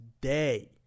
day